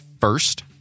first